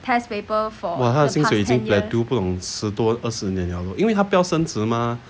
!wah! 她的薪水已经 plateau 不懂十多二十年了了因为她不要升职吗